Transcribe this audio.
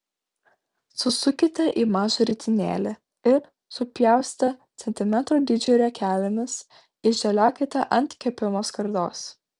susukite į mažą ritinėlį ir supjaustę centimetro dydžio riekelėmis išdėliokite ant kepimo skardos